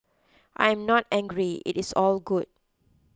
I am not angry it is all good